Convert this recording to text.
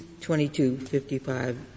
2255